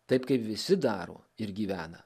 taip kaip visi daro ir gyvena